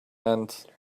and